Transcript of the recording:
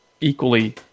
equally